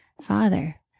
Father